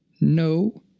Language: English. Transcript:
No